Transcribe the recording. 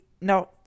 now